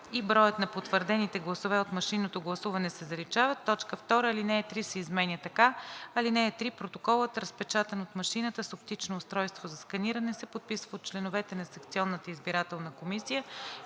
„и броят на потвърдените гласове от машинното гласуване“ се заличават. 2. Ал. 3 се изменя така: „(3) Протоколът, разпечатан от машината с оптично устройство за сканиране, се подписва от членовете на секционната избирателна комисия